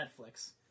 Netflix